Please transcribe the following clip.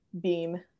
beam